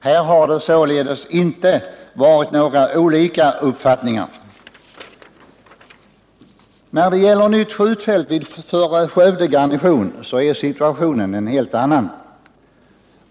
Här har det således inte varit frågan om några olika uppfattningar. När det gäller nytt skjutfält för Skövde garnison är situationen en annan.